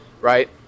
right